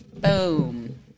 Boom